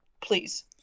please